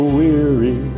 weary